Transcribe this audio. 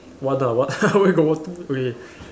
one uh one where got okay